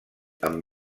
amb